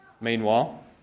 Meanwhile